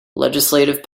legislative